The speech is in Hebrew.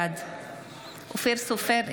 בעד אופיר סופר,